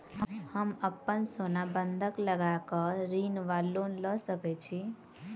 हम अप्पन सोना बंधक लगा कऽ ऋण वा लोन लऽ सकै छी?